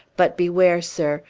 but, beware, sir!